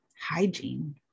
hygiene